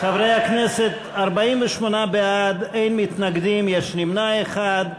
חברי הכנסת, 48 בעד, אין מתנגדים, יש נמנע אחד.